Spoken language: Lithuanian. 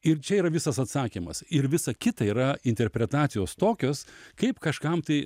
ir čia yra visas atsakymas ir visa kita yra interpretacijos tokios kaip kažkam tai